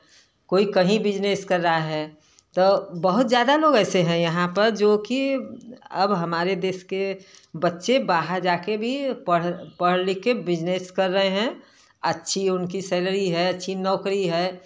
कोई कहीं बिजनेस कर रहा है तो बहुत ज़्यादा लोग ऐसे हैं यहाँ पर जो कि अब हमारे देश के बच्चे बाहर जाकर भी पढ़ लिख के बिजनेस कर रहे हैं अच्छी उनकी सैलरी है अच्छी नौकरी है